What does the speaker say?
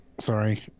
sorry